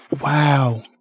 Wow